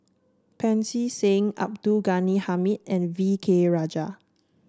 Pancy Seng Abdul Ghani Hamid and V K Rajah